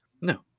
No